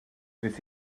nes